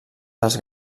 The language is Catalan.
dels